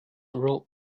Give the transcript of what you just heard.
rule